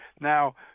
now